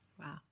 Wow